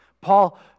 Paul